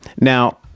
Now